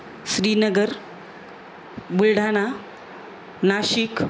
Srinagar Buldhana Nashik